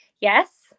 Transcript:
yes